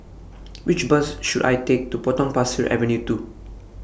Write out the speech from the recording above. Which Bus should I Take to Potong Pasir Avenue two